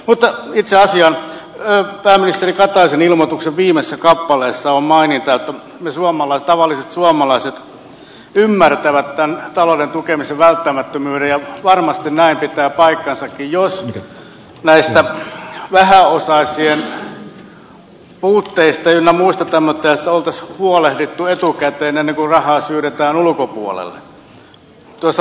mutta itse asiaan pääministeri kataisen ilmoituksen viimeisessä kappaleessa on maininta että tavalliset suomalaiset ymmärtävät tämän talouden tukemisen välttämättömyyden ja varmasti tämä pitää paikkansakin jos näistä vähäosaisien puutteista ynnä muista tämmöisistä olisi huolehdittu etukäteen ennen kuin rahaa syydetään ulkopuolelle